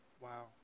wow